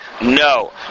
No